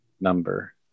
number